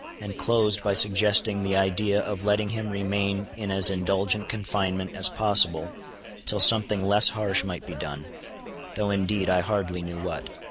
and closed by suggesting the idea of letting him remain in as indulgent confinement as possible till something less harsh might be done though indeed i hardly knew what.